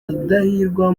rudahigwa